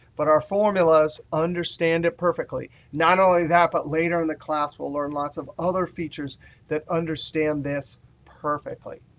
but our formulas understand it perfectly. not only that, but later in the class we'll learn lots of other features that understand this perfectly.